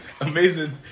amazing